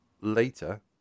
later